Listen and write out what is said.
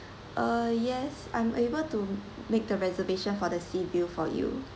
uh yes I'm able to make the reservation for the sea view for you